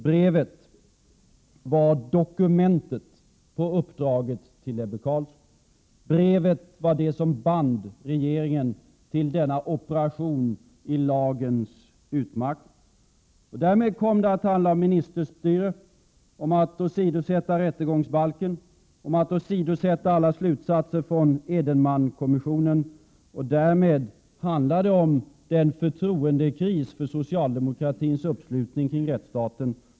Brevet var dokumentet som visade på uppdraget till Ebbe Carlsson och det som band regeringen till denna operation i lagens utmarker. Därmed kom det att handla om ministerstyre, åsidosättande av rättegångsbalken och om att åsidosätta alla slutsatser från Edenmankommissionen. Det handlar därmed om att det i dag har uppstått en förtroendekris i fråga om socialdemokratins uppslutning kring rättsstaten.